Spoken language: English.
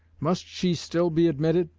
must she still be admitted,